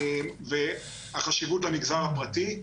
והחשיבות למגזר הפרטי.